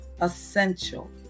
essential